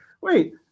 wait